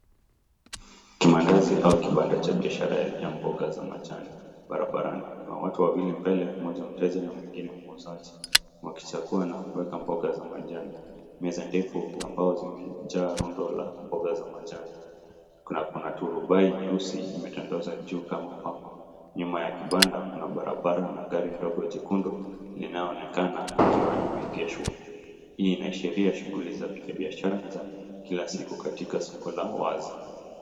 Kimandazi au kibanda cha biashara ya mboga za majani barabarani. Kuna watu wawili mbele, mmoja mteja na mwingine muuzaji. Wakichagua na kuweka mboga za majani. Meza ndefu za mbao zimejaa rundo la mboga za majani. Kuna kuna turubai nyeusi imetandaza juu kama paa. Nyuma ya kibanda kuna barabara na gari ndogo jekundu linaonekana likiwa limeegeshwa. Hii inaashiria shughuli za kibiashara za kila siku katika soko la wazi.